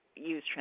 Use